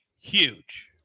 huge